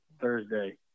Thursday